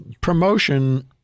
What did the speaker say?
promotion